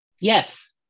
Yes